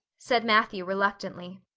said matthew reluctantly.